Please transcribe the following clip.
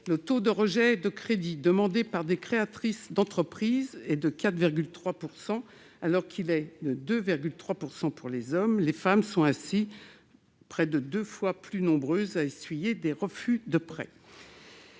Le taux de rejet de crédits demandés par des créatrices d'entreprises est de 4,3 %, alors qu'il n'est que de 2,3 % pour les hommes. Les femmes sont ainsi près de deux fois plus nombreuses à essuyer des refus de prêts.